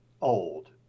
old